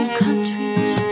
countries